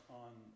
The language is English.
on